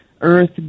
Earth